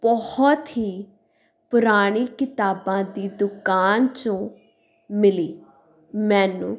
ਬਹੁਤ ਹੀ ਪੁਰਾਣੀ ਕਿਤਾਬਾਂ ਦੀ ਦੁਕਾਨ 'ਚੋਂ ਮਿਲੀ ਮੈਨੂੰ